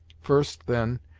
first, then,